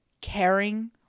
caring